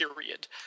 period